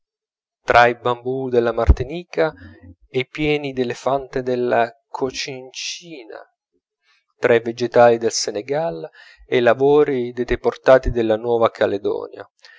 tra i bambù della martinica e i piedi d'elefante della cocincina tra i vegetali del senegal e i lavori dei deportati della nuova caledonia